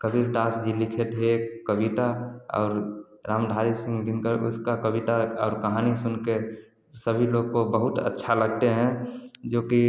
कबीर दास जी लिखे थे कविता और रामधारी सिंह दिनकर उसकी कविता और कहानी सुनकर सभी लोग को बहुट अच्छा लगता है जो कि